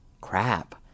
crap